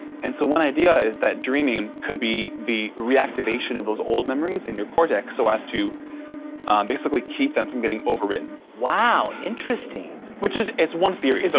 and so one idea is that dreaming could be the reactivation of those old memories in your cortex so as to basically keep them from getting overwritten. wow, interesting. which is is one theory. so